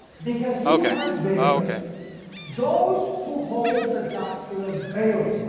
because you have there those who hold the doctrine of balaam,